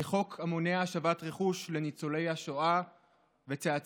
לחוק המונע השבת רכוש לניצולי השואה וצאצאיהם.